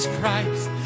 Christ